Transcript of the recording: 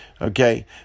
Okay